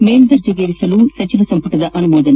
ಮೇಲ್ಲರ್ಜೆಗೇರಿಸಲು ಸಚಿವ ಸಂಪುಟ ಅನುಮೋದನೆ